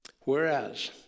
Whereas